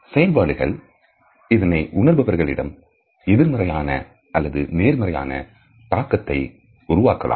இந்த செயல்பாடுகள் இதனை உணர்பவர்கள் இடம் எதிர்மறையானஅல்லது நேர்மறையான தாக்கத்தையும் உருவாக்கலாம்